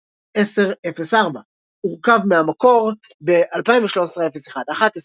2006-10-04. אורכב מ-המקור ב-2013-01-11.